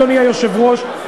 אדוני היושב-ראש,